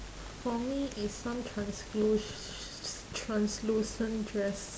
for me is some transluc~ translucent dress